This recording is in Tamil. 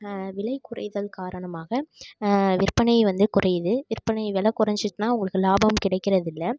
விலை குறைதல் காரணமாக விற்பனை வந்து குறையுது விற்பனை வெலை குறைஞ்சிட்டுன்னா உங்களுக்கு லாபம் கிடைக்கிறதில்லை